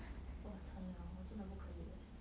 !wah! 惨 liao 我真的不可以 leh